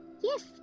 Yes